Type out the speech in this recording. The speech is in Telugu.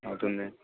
అవుతుంది